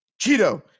Cheeto